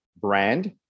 brand